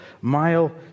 Mile